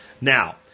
Now